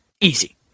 Easy